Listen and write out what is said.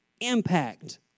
impact